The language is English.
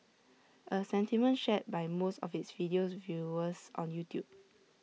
A sentiment shared by most of its video's viewers on YouTube